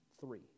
Three